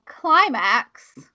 climax